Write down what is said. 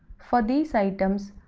for these items,